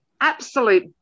absolute